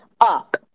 up